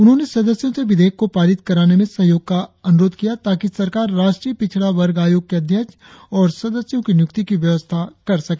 उन्होंने सदस्यों से विधेयक को पारित कराने में सहयोग का अनुरोध किया ताकि सरकार राष्ट्रीय पिछड़ा वर्ग आयोग के अध्यक्ष और सदस्यों की नियुक्ति की व्यवस्था कर सके